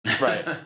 right